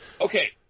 Okay